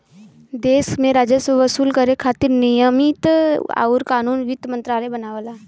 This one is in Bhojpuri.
देश में राजस्व वसूल करे खातिर नियम आउर कानून वित्त मंत्रालय बनावला